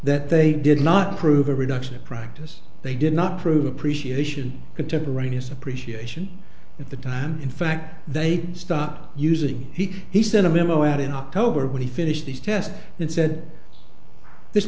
that they did not prove a reduction in practice they did not prove appreciation contemporaneous appreciation at the time in fact they did stop using he he sent a memo out in october when he finished his test then said this